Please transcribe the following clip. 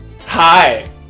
Hi